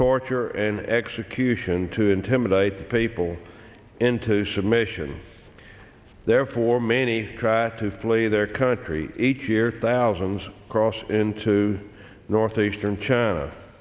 torture and execution to intimidate people into submission therefore many try to flee their country each year thousands cross into northeastern china